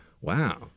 Wow